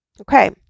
Okay